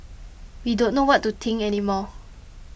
we don't know what to think any more